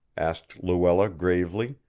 asked luella gravely,